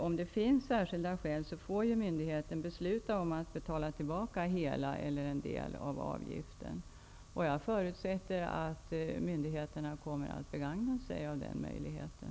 Om det finns särskilda skäl får myndigheten besluta om att betala tillbaka hela eller en del av avgiften. Jag förutsätter att myndigheterna kommer att begagna sig av den möjligheten.